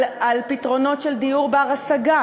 על פתרונות של דיור בר-השגה,